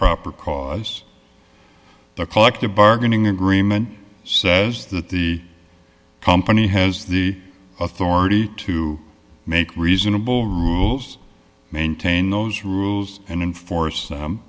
proper cause the collective bargaining agreement says that the company has the authority to make reasonable rules maintain those rules and enforce